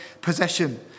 possession